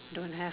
don't have